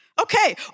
Okay